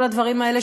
כל הדברים האלה,